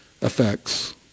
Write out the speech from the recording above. effects